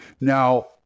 Now